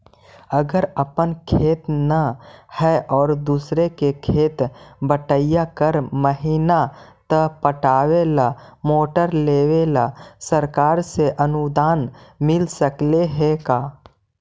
अगर अपन खेत न है और दुसर के खेत बटइया कर महिना त पटावे ल मोटर लेबे ल सरकार से अनुदान मिल सकले हे का?